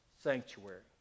sanctuary